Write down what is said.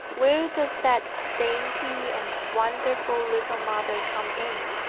where does that dainty and wonderful little mother come in?